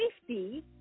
safety